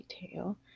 detail